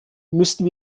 müssen